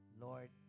Lord